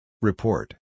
Report